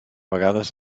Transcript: vegades